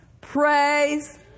praise